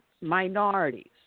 minorities